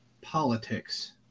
politics